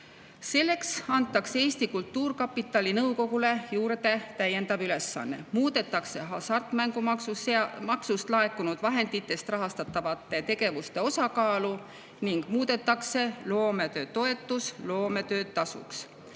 Selleks antakse Eesti Kultuurkapitali nõukogule juurde täiendav ülesanne, muudetakse hasartmängumaksust laekunud vahenditest rahastatavate tegevuste osakaalu ning muudetakse loometöötoetus loometöötasuks.